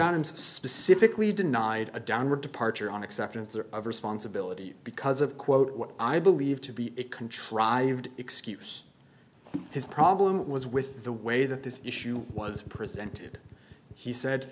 johns specifically denied a downward departure on acceptance or of responsibility because of quote what i believe to be a contrived excuse his problem was with the way that this issue was presented he said